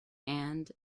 and